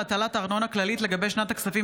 חרבות ברזל),